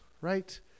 right